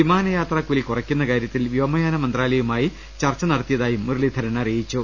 വിമാനയാത്രാക്കൂലി കുറക്കുന്ന ക്ടാര്യത്തിൽ വ്യോമയാന മന്ത്രാലയുമായി ചർച്ച നടത്തിയതായും മുരളീധരൻ അറിയിച്ചു